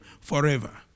forever